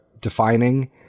defining